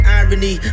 irony